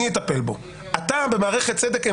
החוק עצמן חייבות לפעול במסגרת החוק ובגדרי